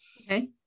Okay